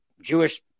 Jewish